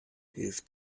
hilft